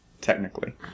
technically